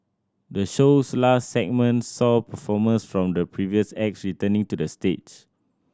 the show's last segment saw performers from the previous acts returning to the stage